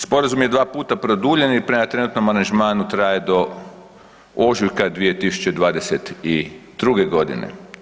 Sporazum je dva puta produljen i prema trenutnom aranžmanu, traje do ožujka 2022. godine.